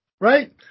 Right